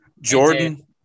jordan